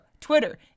Twitter